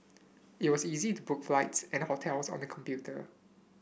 it was easy to book flights and hotels on the computer